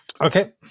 Okay